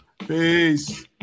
Peace